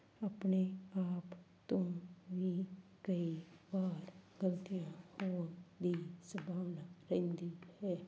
ਆਪਣੇ ਆਪ ਤੋਂ ਵੀ ਕਈ ਵਾਰ ਗਲਤੀਆਂ ਹੋਣ ਦੀ ਸੰਭਾਵਨਾ ਰਹਿੰਦੀ ਹੈ